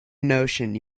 notion